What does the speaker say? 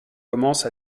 commence